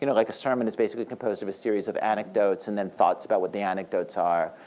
you know like a sermon is basically composed of a series of anecdotes and then thoughts about what the anecdotes are.